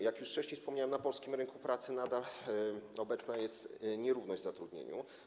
Jak już wcześniej wspomniałem, na polskim rynku pracy nadal występuje nierówność w zatrudnieniu.